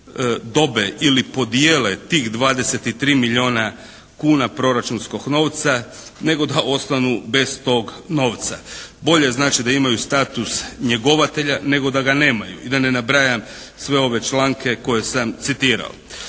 dobe ili podijele tih 23 milijuna kuna proračunskog novca nego da ostanu bez tog novca. Bolje znači da imaju status njegovatelja nego da ga nemaju i da ne nabrajam sve ove članke koje sam citirao.